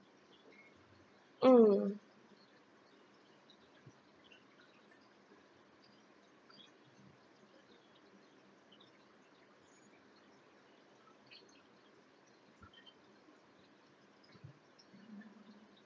mm